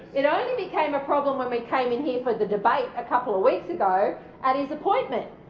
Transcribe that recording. it only became a problem when we came in here for the debate a couple of weeks ago at his appointment.